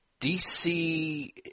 DC